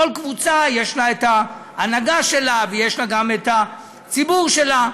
לכל קבוצה יש ההנהגה שלה ויש לה גם הציבור שלה.